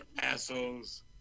assholes